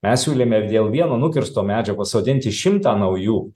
mes siūlėme dėl vieno nukirsto medžio pasodinti šimtą naujų